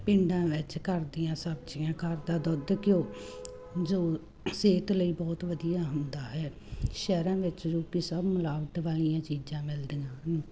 ਪਿੰਡਾਂ ਵਿੱਚ ਘਰ ਦੀਆਂ ਸਬਜ਼ੀਆਂ ਘਰ ਦਾ ਦੁੱਧ ਘਿਓ ਜੋ ਸਿਹਤ ਲਈ ਬਹੁਤ ਵਧੀਆ ਹੁੰਦਾ ਹੈ ਸ਼ਹਿਰਾਂ ਵਿੱਚ ਜੋ ਕਿ ਸਭ ਮਿਲਾਵਟ ਵਾਲੀਆਂ ਚੀਜ਼ਾਂ ਮਿਲਦੀਆਂ ਹਨ